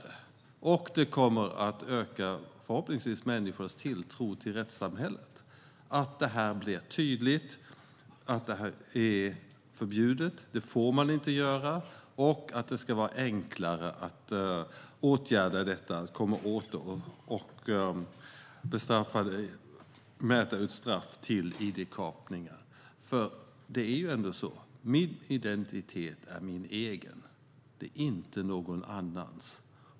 Förhoppningsvis kommer det att öka människors tilltro till rättssamhället när det blir tydligt att detta blir förbjudet. Det ska också bli enklare att åtgärda, utmäta straff och komma åt id-kapning. Min identitet är min egen. Det är inte någon annans.